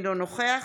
אינו נוכח